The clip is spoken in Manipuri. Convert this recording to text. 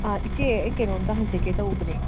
ꯑꯥ ꯏꯆꯦ ꯑꯩ ꯀꯩꯅꯣꯝꯇ ꯍꯪꯖꯒꯦ ꯇꯧꯕꯅꯦ